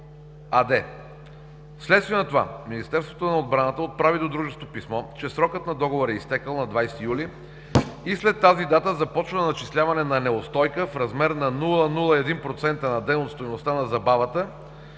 АД. В следствие на това Министерството на отбраната отправи до Дружеството писмо, че срокът на Договора е изтекъл на 20 юли и след тази дата започва начисляване на неустойка в размер на 001% на ден от стойността на забавата,